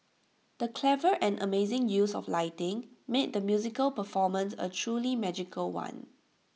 the clever and amazing use of lighting made the musical performance A truly magical one